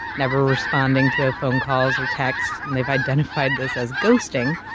never responding to phone calls or texts. and they've identified this as ghosting,